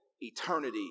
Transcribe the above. eternity